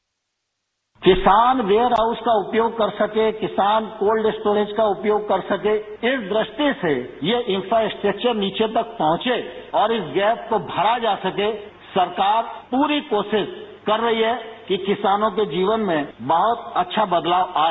bite किसान warehouse का उपयोग कर सकें किसान कोल्ड स्टोरेज का उपयोग कर सके इस दृष्टि से ये इन्फ्रास्ट्रक्चर नीचे तक पहुंचे और इस गैप को भरा जा सके सरकार पूरी कोशिश कर रही है कि किसानों के जीवन में बहुत अच्छा बदलाव आए